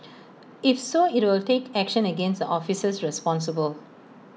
if so IT will take action against the officers responsible